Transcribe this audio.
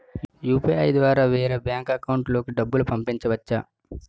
UPI ద్వారా వేరే bank account లోకి డబ్బులు పంపించవచ్చా?